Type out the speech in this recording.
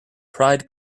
pride